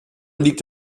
liegt